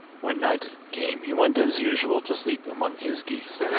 when night came he went as usual to sleep among his geese,